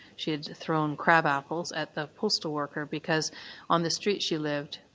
she had thrown crabapples at the postal worker, because on the street she lived,